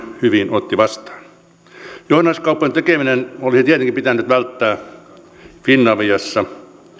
hyvin otti vastaan johdannaiskauppojen tekeminen olisi tietenkin pitänyt välttää finaviassa